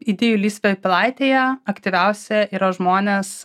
idėjų lysvė pilaitėje aktyviausia yra žmonės